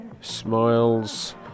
Smiles